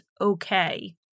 okay